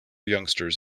youngsters